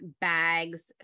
bags